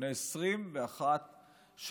לפני 21 שנה.